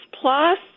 plus